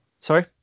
sorry